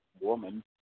woman